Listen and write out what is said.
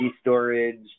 storage